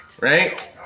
right